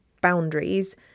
boundaries